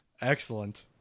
excellent